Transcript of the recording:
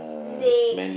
next